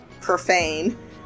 profane